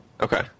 Okay